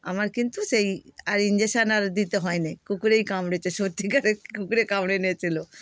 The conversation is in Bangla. আমার কিন্তু সেই আর ইনজেকশন আর দিতে হয় নি কুকুরেই কামড়েছে সত্যিকারের কুকুরেই কামড়ে নিয়েছিল